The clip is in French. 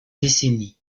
décennies